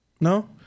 No